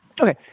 Okay